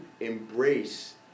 embrace